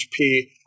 HP